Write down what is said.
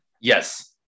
Yes